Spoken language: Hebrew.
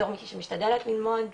בתור מישהי שמשתדלת ללמוד